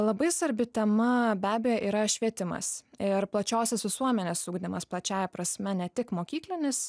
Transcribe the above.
labai sarbi tema be abejo yra švietimas ir plačiosios visuomenės ugdymas plačiąja prasme ne tik mokyklinis